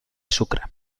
sucre